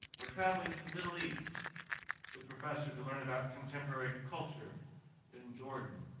or traveling to the middle east with a professor to learn about contemporary culture in jordan.